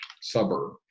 suburb